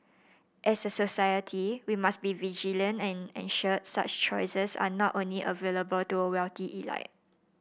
as a society we must be vigilant and ensure such choices are not only available to a wealthy elite